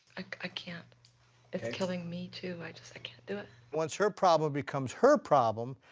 i can't. it's killing me, too. i just, i can't do it. once her problem becomes her problem,